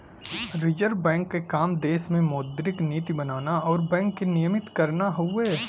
reserve Bank क काम देश में मौद्रिक नीति बनाना आउर बैंक के नियमित करना हउवे